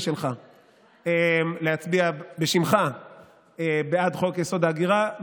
שלך להצביע בשמך בעד חוק-יסוד: ההגירה,